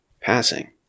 passing